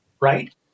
right